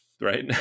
right